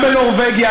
וגם בנורבגיה.